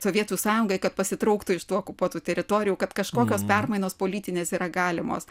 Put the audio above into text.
sovietų sąjungai kad pasitrauktų iš tų okupuotų teritorijų kad kažkokios permainos politinės yra galimos